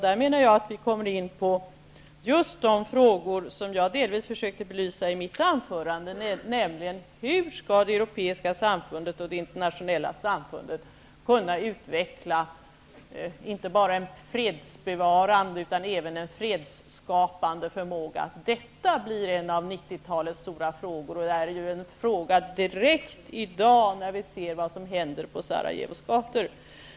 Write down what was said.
Där menar jag att vi kommer in på just de frågor som jag delvis försökte belysa i mitt anförande, nämligen hur det europeiska samfundet och det internationella samfundet skall kunna utveckla inte bara en fredsbevarande utan även en fredsskapande förmåga. Det blir en av 90-talets stora frågor, och är ju en fråga redan i dag när vi ser vad som händer på Sarajevos gator.